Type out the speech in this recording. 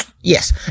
Yes